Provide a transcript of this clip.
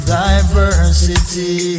diversity